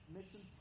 mission